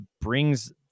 brings